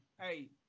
Hey